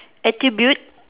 attribute